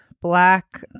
black